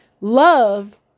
Love